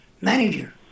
manager